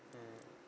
mmhmm